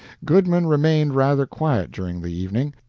goodman remained rather quiet during the evening.